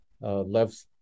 left